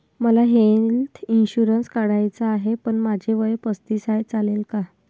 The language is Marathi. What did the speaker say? मला हेल्थ इन्शुरन्स काढायचा आहे पण माझे वय पस्तीस आहे, चालेल का?